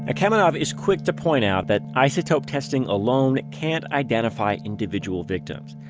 ah kamenov is quick to point out that isotope testing alone can't identify individual victims,